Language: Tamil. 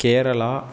கேரளா